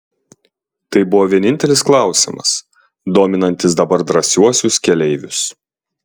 tai buvo vienintelis klausimas dominantis dabar drąsiuosius keleivius